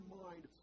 mind